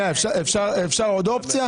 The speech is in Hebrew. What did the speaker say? אפשר עוד אופציה?